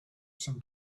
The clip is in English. some